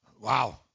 Wow